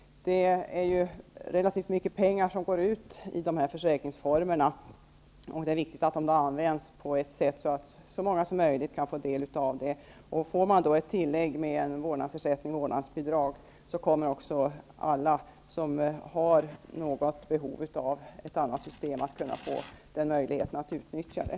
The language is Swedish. Det är relativt mycket pengar som går ut i de här försäkringsformerna, och det är viktigt att de då används på ett sådant sätt att så många som möjligt kan få del av dem. Får man ett tillägg i form av en vårdnadsersättning eller ett vårdnadsbidrag kommer också alla som har något behov av ett annat system att få möjligheten att utnyttja det.